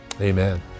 amen